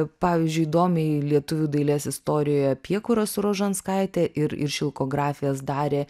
pavyzdžiui įdomiai lietuvių dailės istorijoje piekuras su rožanskaite ir šilkografijas darė